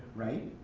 right?